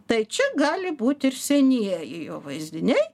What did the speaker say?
tai čia gali būti ir senieji jo vaizdiniai